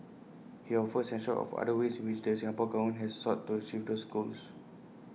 he offered A snapshot of other ways in which the Singapore Government has sought to achieve those goals